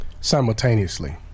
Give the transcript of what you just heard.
simultaneously